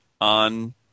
on